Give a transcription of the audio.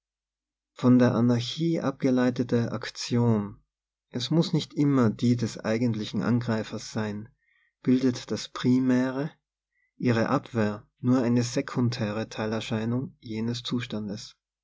von der anarchie abge leitete aktion es muß nicht immer die des eigent liehen angreifers sein bildet das primäre ihre abwehr nur eine sekundäre teilerscheinung jenes zustandes